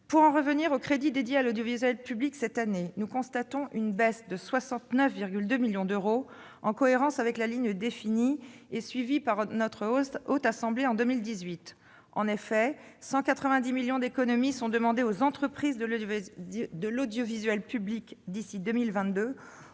Pour en revenir aux crédits consacrés à l'audiovisuel public cette année, nous constatons une baisse de 69,2 millions d'euros, en cohérence avec la ligne définie et suivie par notre Haute Assemblée en 2018. En effet, une économie de 190 millions d'euros est demandée aux entreprises de l'audiovisuel public d'ici à 2022